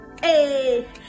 hey